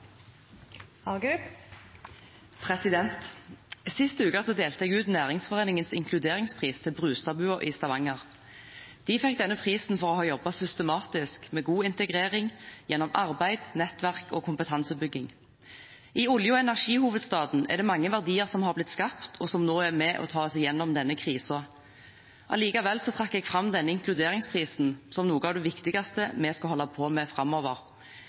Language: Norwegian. uke delte jeg ut Næringsforeningens inkluderingspris til Brustadbua i Stavanger. De fikk denne prisen for å ha jobbet systematisk med god integrering gjennom arbeid, nettverk og kompetansebygging. I olje- og energihovedstaden er det mange verdier som har blitt skapt, og som nå er med og tar oss gjennom denne krisen. Allikevel trakk jeg fram denne inkluderingsprisen som noe av det viktigste vi skal holde på med framover.